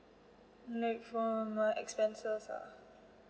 like for my expenses ah